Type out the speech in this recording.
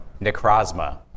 Necrozma